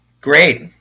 Great